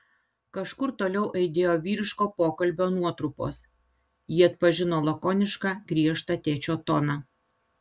kažkur toliau aidėjo vyriško pokalbio nuotrupos ji atpažino lakonišką griežtą tėčio toną